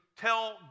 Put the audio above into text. tell